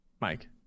Mike